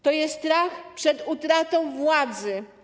To jest strach przed utratą władzy.